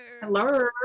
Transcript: hello